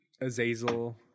azazel